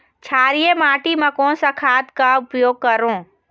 क्षारीय माटी मा कोन सा खाद का उपयोग करों?